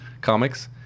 comics